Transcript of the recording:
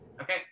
Okay